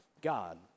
God